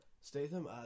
Statham